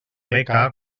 beca